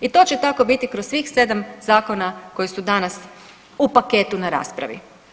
I to će tako biti kroz svih 7 zakona koji su danas u paketu na raspravi.